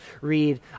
read